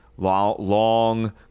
long